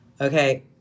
Okay